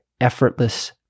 effortless